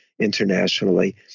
internationally